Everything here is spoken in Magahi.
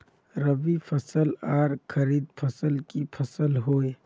रवि फसल आर खरीफ फसल की फसल होय?